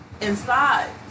inside